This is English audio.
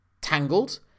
tangled